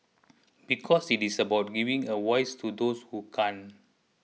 because it is about giving a voice to those who can